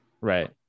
right